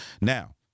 Now